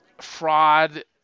fraud